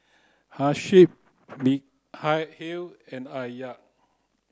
Hasif Mikhail and Alya